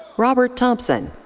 robert thompson.